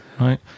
right